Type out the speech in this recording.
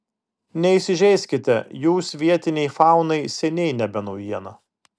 neįsižeiskite jūs vietinei faunai seniai nebe naujiena